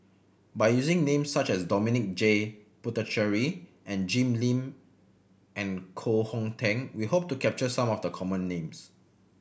by using names such as Dominic J Puthucheary and Jim Lim and Koh Hong Teng we hope to capture some of the common names